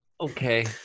Okay